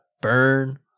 burn